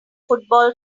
football